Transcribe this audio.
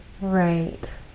right